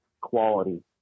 quality